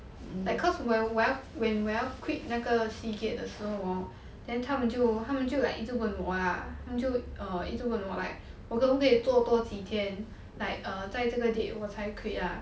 like cause when 我要 when 我要 quit 那个 seagate 的时候 hor then 他们就他们就 like 一直问我 lah 他们就一直问我 like 我可不可以做多几天 like err 在这个 date 我才 quit lah